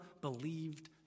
believed